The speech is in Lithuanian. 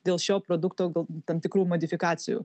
dėl šio produkto gal tam tikrų modifikacijų